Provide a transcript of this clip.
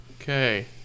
Okay